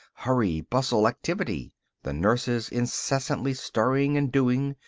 hurry, bustle, activity the nurses, incessantly stirring and doing,